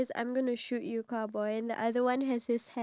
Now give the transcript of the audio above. the society is able to